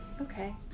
Okay